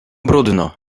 bródno